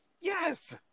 Yes